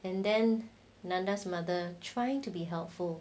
and then nanda's mother trying to be helpful